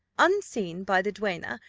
unseen by the duenna,